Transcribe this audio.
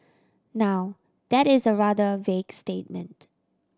now that is a rather vague statement